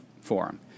forum